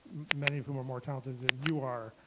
many of whom are more talented than you are,